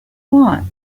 want